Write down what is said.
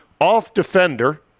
off-defender